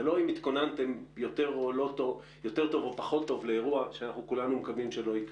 זה לא אם התכוננתם יותר טוב או פחות טוב לאירוע שכולנו מקווים שלא יקרה.